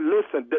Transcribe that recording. Listen